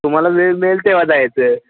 तुम्हाला वेळ मिळेल तेव्हा जायचं